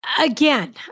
Again